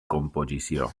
composició